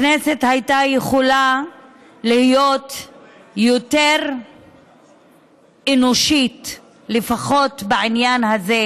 הכנסת הייתה יכולה להיות יותר אנושית לפחות בעניין הזה,